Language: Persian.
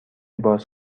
باز